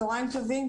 צוהריים טובים.